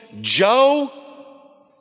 Joe